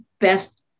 best